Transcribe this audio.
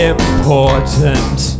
Important